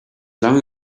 long